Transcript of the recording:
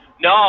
No